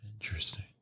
interesting